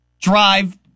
drive